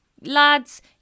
lads